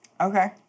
Okay